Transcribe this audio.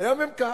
היה מ"כ.